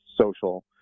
social